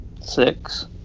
Six